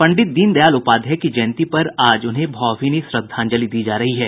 पंडित दीनदयाल उपाध्याय की जयंती पर आज उन्हें भावभीनी श्रद्धांजलि दी जा रही है